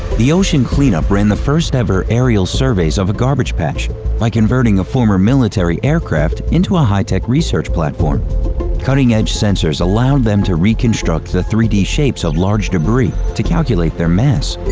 the ocean cleanup ran the first-ever aerial surveys of a garbage patch by converting a former military aircraft into a high-tech research platform cutting-edge sensors allowed them to reconstruct the three d shapes of large debris to calculate their mass.